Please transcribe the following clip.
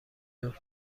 نور